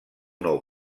nou